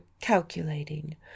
calculating